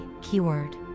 keyword